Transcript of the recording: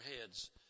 heads